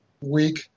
week